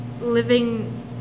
living